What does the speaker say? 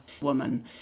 woman